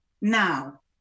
now